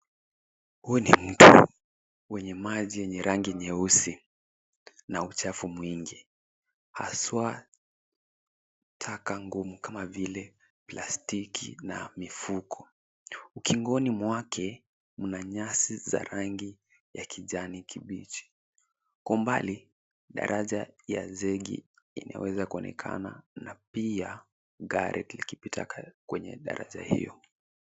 Huu ni mto, wenye maji yenye rangi nyeusi, na uchafu mwingi, haswa, taka ngumu kama vile plastiki, na mifuko. Ukingoni mwake, una nyasi za rangi ya kijani kibichi. Kwa umbali, daraja ya zegi inaweza kuonekana, na pia gari likipita kwenye daraja hiyo.